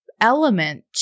element